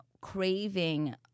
craving